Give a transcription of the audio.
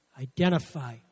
Identify